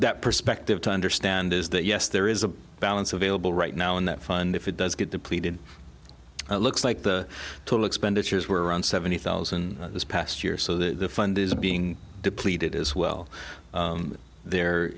that perspective to understand is that yes there is a balance available right now in that fund if it does get depleted looks like the total expenditures were around seventy thousand this past year so the fund is being depleted as well